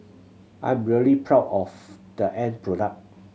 I am really proud of the end product